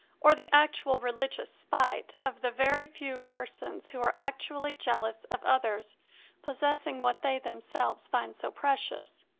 or the actual religious spite of the very few persons who are actually jealous of others possessing what they themselves find so precious.